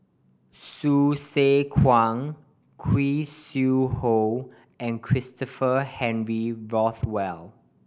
Hsu Tse Kwang Khoo Sui Hoe and Christopher Henry Rothwell